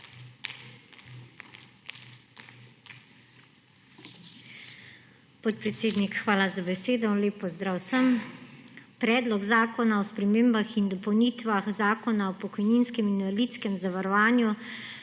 Podpredsednik, hvala za besedo. Lep pozdrav vsem! Predlog zakona o spremembah in dopolnitvah Zakona o pokojninskem in invalidskem zavarovanju